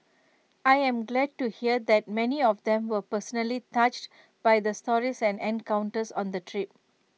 I am glad to hear that many of them were personally touched by the stories and encounters on the trip